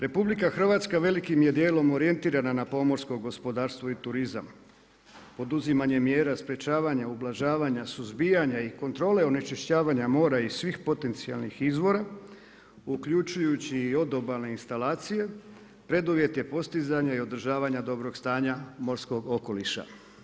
RH velikim je dijelom orijentirana na pomorsko gospodarstvo i turizam poduzimanjem mjera sprječavanja ublažavanja, suzbijanja i kontrole onečišćavanja mora i svih potencijalnih izvora uključujući i odobalne instalacije preduvjet je postizanje i održavanja dobrog stanja morskog okoliša.